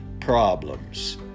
problems